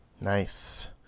Nice